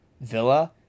Villa